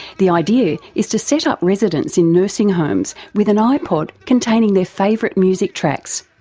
the idea is to set up residents in nursing homes with an ipod containing their favourite music tracks.